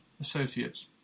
associates